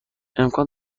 امکان